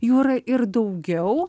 jų yra ir daugiau